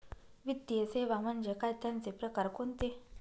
वित्तीय सेवा म्हणजे काय? त्यांचे प्रकार कोणते?